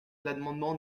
l’amendement